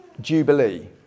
Jubilee